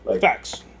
Facts